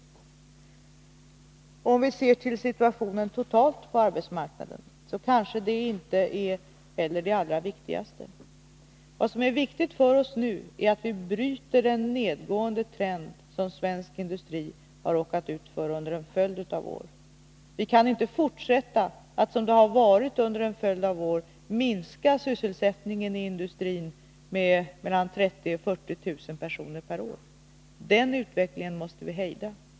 Om vi ser på situationen i dess helhet på arbetsmarknaden, kanske det inte heller är det allra viktigaste. Vad som är viktigt för oss nu är att vi bryter den nedgående trend som svensk industri har råkat ut för under en följd av år. Vi kan inte fortsätta att år för år minska sysselsättningen i industrin med mellan 30 000-40 000 personer per år, den utvecklingen måste vi hejda.